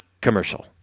Commercial